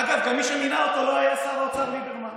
אגב, גם מי שמינה אותו לא היה שר האוצר ליברמן.